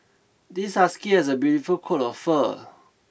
this husky has a beautiful coat of fur